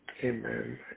Amen